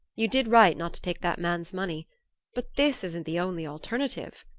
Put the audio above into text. you did right not to take that man's money but this isn't the only alternative,